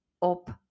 op